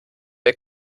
ihr